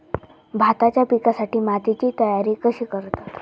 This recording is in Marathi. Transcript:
भाताच्या पिकासाठी मातीची तयारी कशी करतत?